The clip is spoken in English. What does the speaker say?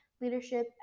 leadership